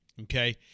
okay